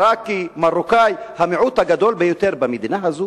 עירקי, מרוקאי, המיעוט הגדול ביותר במדינה הזאת